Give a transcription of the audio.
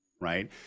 right